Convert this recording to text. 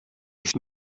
ich